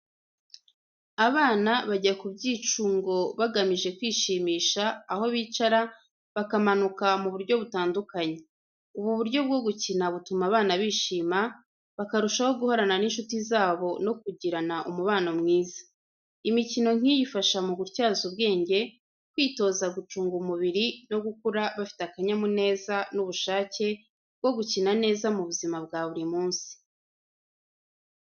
Abana bajya ku byicungo bagamije kwishimisha, aho bicara, bakamanuka mu buryo butandukanye. Ubu buryo bwo gukina butuma abana bishima, bakarushaho guhorana n’inshuti zabo no kugirana umubano mwiza. Imikino nk’iyi ifasha mu gutyaza ubwenge, kwitoza gucunga umubiri no gukura bafite akanyamuneza n’ubushake bwo gukina neza mu buzima bwa buri munsi.